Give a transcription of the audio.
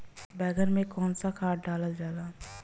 बैंगन में कवन सा खाद डालल जाला?